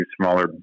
smaller